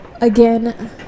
again